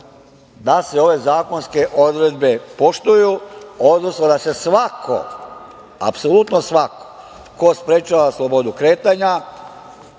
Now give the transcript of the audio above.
da se ove zakonske odredbe poštuju, pod uslovom da se svako, apsolutno svako, ko sprečava slobodu kretanja,